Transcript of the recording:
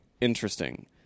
interesting